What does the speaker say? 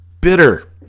bitter